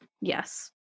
Yes